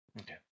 Okay